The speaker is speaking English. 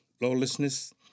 lawlessness